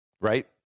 right